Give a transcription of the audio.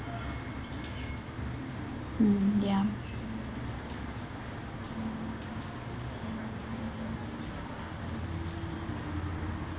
mm ya